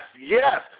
yes